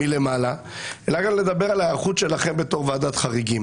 מלמעלה אלא גם לדבר על ההיערכות שלכם כוועדת חריגים,